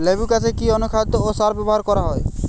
লেবু গাছে কি অনুখাদ্য ও সার ব্যবহার করা হয়?